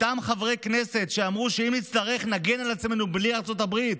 אותם חברי כנסת שאמרו שאם נצטרך נגן על עצמנו בלי ארצות הברית.